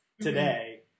today